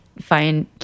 find